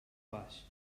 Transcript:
baix